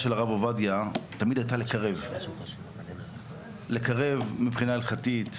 עובדיה תמיד הייתה לקרב מבחינה הלכתית,